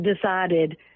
decided